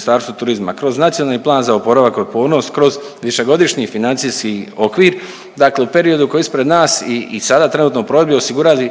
Ministarstvu turizma, kroz Nacionalni plan oporavka i otpornosti, kroz Višegodišnji financijski okvir, dakle u periodu koji je ispred nas i sada trenutno, .../Govornik se ne razumije./... osigurati